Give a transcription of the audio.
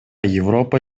европа